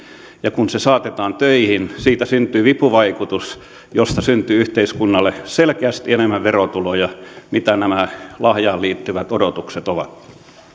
ja kun se saatetaan töihin siitä syntyy vipuvaikutus josta syntyy yhteiskunnalle selkeästi enemmän verotuloja kuin nämä lahjaan liittyvät odotukset ovat